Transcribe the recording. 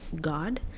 God